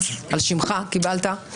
על שמך, קיבלת.